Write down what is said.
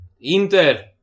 Inter